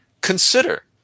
consider